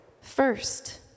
first